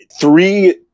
three